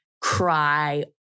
cry